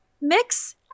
mix